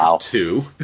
Two